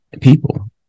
people